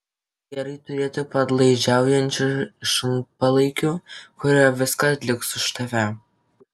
gerai turėti padlaižiaujančių šunpalaikių kurie viską atliks už tave